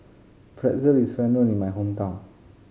pretzel is well known in my hometown